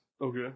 Okay